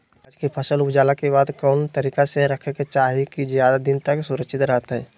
प्याज के फसल ऊपजला के बाद कौन तरीका से रखे के चाही की ज्यादा दिन तक सुरक्षित रहय?